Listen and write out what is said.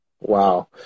Wow